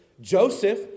Joseph